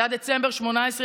זה היה דצמבר 2018,